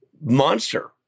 monster